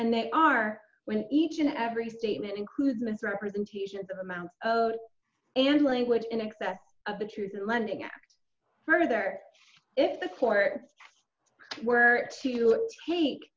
and they are when each and every statement include misrepresentations amount of an language in excess of the truth in lending it further if the court were to take